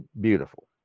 beautiful